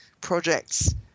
projects